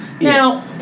Now